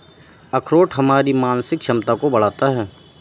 अखरोट हमारी मानसिक क्षमता को बढ़ाता है